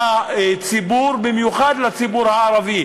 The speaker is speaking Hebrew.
לציבור, במיוחד לציבור הערבי.